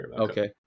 Okay